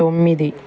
తొమ్మిది